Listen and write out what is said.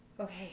Okay